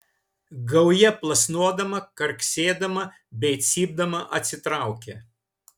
gauja plasnodama karksėdama bei cypdama atsitraukė